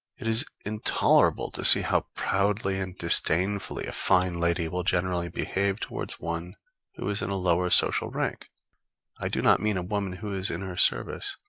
it is intolerable to see how proudly and disdainfully a fine lady will generally behave towards one who is in a lower social rank i do not mean a woman who is in her service,